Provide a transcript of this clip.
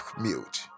mute